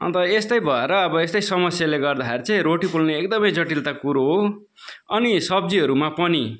अन्त यस्तै भएर अब यस्तै समस्याले गर्दाखेरि चाहिँ रोटी पोल्ने एकदमै जटिलता कुरो हो अनि सब्जीहरूमा पनि